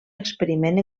experiment